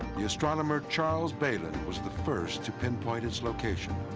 the astronomer charles bailyn was the first to pinpoint its location.